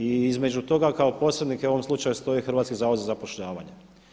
I između toga kao posrednik u ovom slučaju stoji Hrvatski zavod za zapošljavanje.